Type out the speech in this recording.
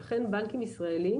ולכן, בנקים ישראליים